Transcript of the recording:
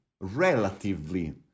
relatively